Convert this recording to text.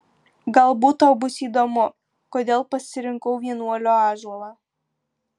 galbūt tau bus įdomu kodėl pasirinkau vienuolio ąžuolą